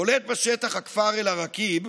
בולט בשטח הכפר אל-עראקיב,